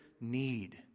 need